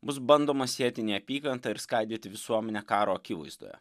bus bandoma sėti neapykantą ir skaidyti visuomenę karo akivaizdoje